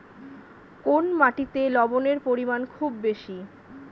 কোন মাটিতে লবণের পরিমাণ খুব বেশি?